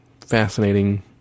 fascinating